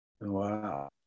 wow